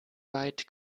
weit